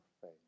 faith